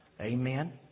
Amen